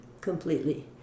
completely